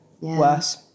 worse